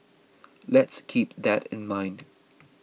let's keep that in mind